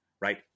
right